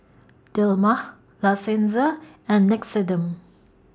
Dilmah La Senza and Nixoderm